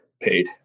paid